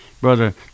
Brother